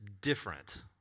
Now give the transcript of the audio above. different